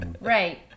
Right